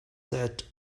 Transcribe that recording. set